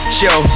show